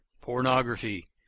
Pornography